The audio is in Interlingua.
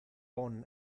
bon